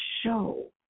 show